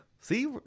See